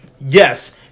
Yes